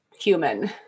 human